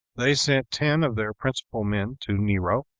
they sent ten of their principal men to nero,